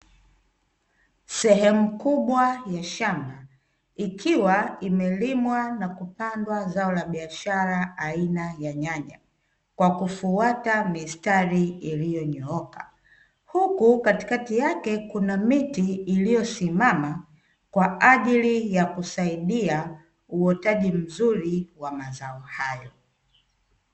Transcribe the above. Sehemu kubwa ya shamba ikiwa imelimwa na kupandwa zao la biashara aina ya nyanya, kwa kufuata mistari iliyonyooka. Huku katikati yake kuna miti iliyosimama, kwa ajili ya kusaidia uotaji mzuri wa mazao hayo.